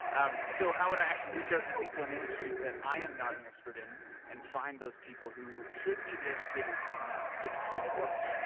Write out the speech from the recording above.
um so, how would i actually reach out to people in industries that i am not an expert in and find those people who should be the educators in that? it's called work,